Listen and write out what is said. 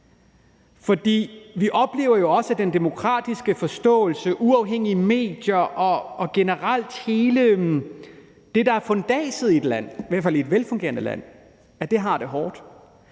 for vi oplever jo også, at den demokratiske forståelse, de uafhængige medier og generelt alt det, der er fundamentet i et land, i hvert fald i et velfungerende land, har det hårdt.